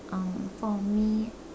um for me